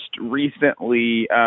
recently